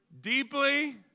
Deeply